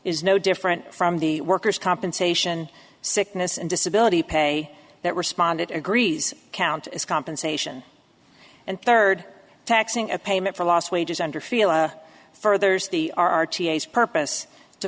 is no different from the workers compensation sickness and disability pay that responded agrees count as compensation and third taxing a payment for lost wages under field furthers the r t s purpose to